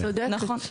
נכון.